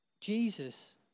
Jesus